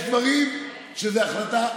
יש דברים שזה החלטה של כולם.